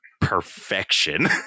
perfection